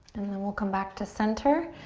and then we'll come back to center.